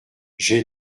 j’ai